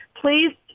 please